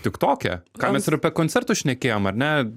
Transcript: tik toke ką mes ir apie koncertus šnekėjom ar ne